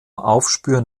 aufspüren